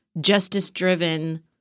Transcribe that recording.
justice-driven